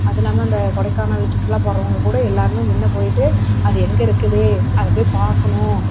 அதெல்லாமே அந்த கொடைக்கானல் சுற்றுலா போகறவங்க கூட எல்லாருமே முன்ன போயிட்டு அது எங்கே இருக்குது அதை போய் பார்க்கணும்